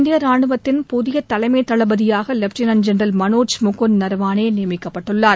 இந்திய ராணுவத்தின் புதிய தலைமைத் தளபதியாக லெப்டினன்ட் ஜென்ரல் மனோஜ் முகுந்த் நரவானே நியமிக்கப்பட்டுள்ளார்